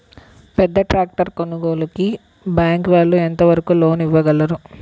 పెద్ద ట్రాక్టర్ కొనుగోలుకి బ్యాంకు వాళ్ళు ఎంత వరకు లోన్ ఇవ్వగలరు?